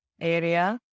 area